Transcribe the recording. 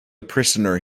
prisoner